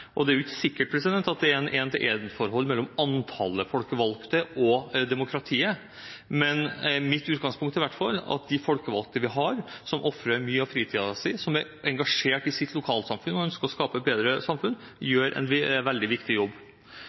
Det er jo ikke sikkert at det er et en-til-en-forhold mellom antallet folkevalgte og demokratiet, men mitt utgangspunkt er i hvert fall at de folkevalgte vi har, som ofrer mye av fritiden sin, og som er engasjert i sitt lokalsamfunn og ønsker å skape et bedre samfunn, gjør en veldig viktig jobb.